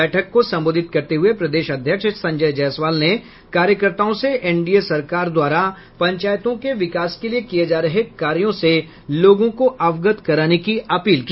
बैठक को सम्बोधित करते हुए प्रदेश अध्यक्ष संजय जायसवाल ने कार्यकर्ताओं से एनडीए सरकार द्वारा पंचायतों के विकास के लिये किये जा रहे कार्यों से लोगों को अवगत कराने की अपील की